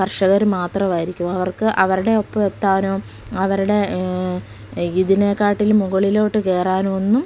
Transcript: കർഷകർ മാത്രമായിരിക്കും അവർക്ക് അവരുടെ ഒപ്പം എത്താനോ അവരുടെ ഇതിനെക്കാട്ടിൽ മുകളിലോട്ട് കയറാനോ ഒന്നും